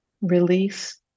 Release